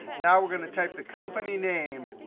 now, we're going to take the company name,